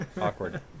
Awkward